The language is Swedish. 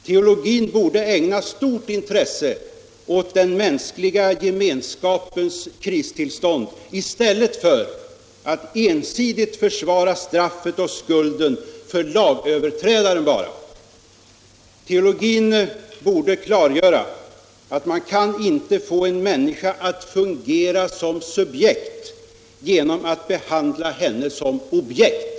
Teologin borde ägna stort intresse åt den mänskliga gemenskapens kristillstånd i stället för att ensidigt försvara straff och skuld bara för lagöverträdaren. Teologin borde klargöra att man inte kan få en människa att fungera som subjekt genom att behandla henne som objekt.